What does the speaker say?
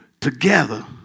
together